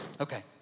Okay